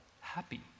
happy